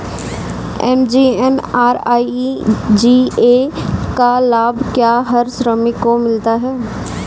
MGNREGA का लाभ क्या हर श्रमिक को मिलता है?